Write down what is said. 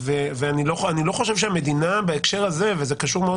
אני לא חושב שהמדינה בהקשר הזה וזה קשור מאוד